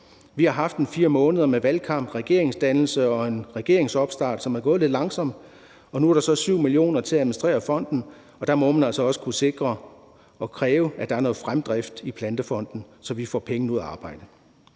Vi har haft ca. 4 måneder med valgkamp, regeringsdannelse og en regeringsopstart, som er gået lidt langsomt. Og nu er der så 7 mio. kr. til at administrere fonden, og der må man altså også kunne sikre og kræve, at der er noget fremdrift i Plantefonden, så vi får pengene ud at arbejde.